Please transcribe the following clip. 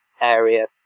area